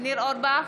ניר אורבך,